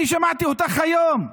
אני שמעתי אותך היום,